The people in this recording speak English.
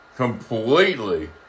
Completely